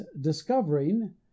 discovering